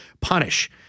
punish